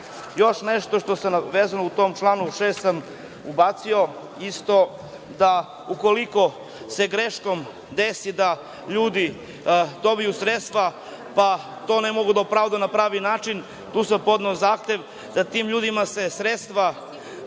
nešto što, vezano za taj član 6, sam ubacio da ukoliko se greškom desi da ljudi dobiju sredstva, pa to ne mogu da opravdaju na pravi način, tu sam podneo zahtev, da tim ljudima se sredstva,